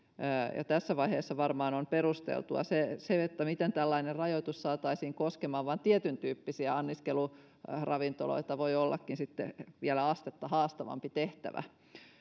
tässä vaiheessa varmaan se on perusteltua mutta miten tällainen rajoitus saataisiin koskemaan vain tietyntyyppisiä anniskeluravintoloita voi ollakin sitten vielä astetta haastavampi tehtävä